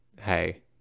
Hey